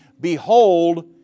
Behold